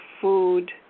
food